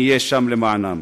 אני אהיה שם למענם.